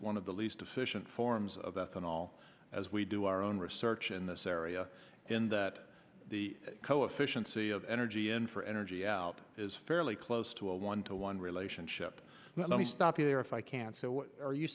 one of the least efficient forms of ethanol as we do our own research in this area in that the coefficient c of energy and for energy out is fairly close to a one to one relationship let me stop you there if i can so what are you